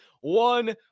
one